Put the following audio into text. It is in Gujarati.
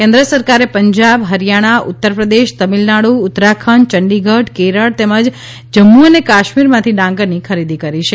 કેન્દ્ર સરકારે પંજાબ હરિથાણા ઉત્તરપ્રદેશ તમિલનાડુ ઉત્તરાખંડ ચંડીગઢ કેરળ તેમજ જમ્મુ અને કાશ્મીરમાંથી ડાંગરની ખરીદી કરી છે